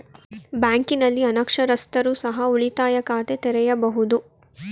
ಬ್ಯಾಂಕಿನಲ್ಲಿ ಅನಕ್ಷರಸ್ಥರು ಸಹ ಉಳಿತಾಯ ಖಾತೆ ತೆರೆಯಬಹುದು?